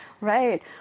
right